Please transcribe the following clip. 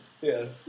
Yes